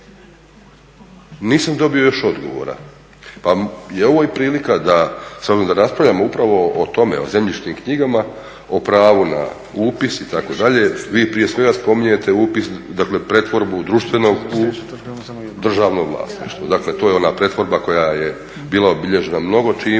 Nisam još dobio odgovora. Pa je ovo prilika da s obzirom da raspravljamo upravo o tome o zemljišnim knjigama o pravu na upis itd. vi prije svega spominjete upis pretvorbu društvenog u državno vlasništvo. Dakle to je ona pretvorba koja je bila obilježena mnogo čime